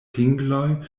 pingloj